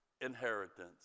inheritance